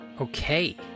Okay